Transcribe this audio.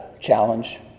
challenge